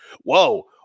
whoa